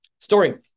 Story